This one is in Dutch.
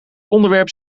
onderwerp